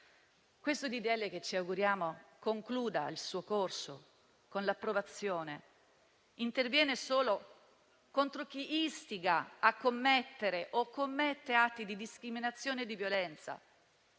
legge, che ci auguriamo concluda il suo corso con l'approvazione, interviene solo contro chi istiga a commettere o commette atti di discriminazione e di violenza.